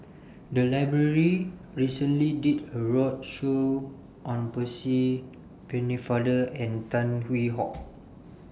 The Library recently did A roadshow on Percy Pennefather and Tan Hwee Hock